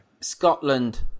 Scotland